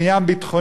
זה עניין ביטחוני.